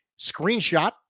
screenshot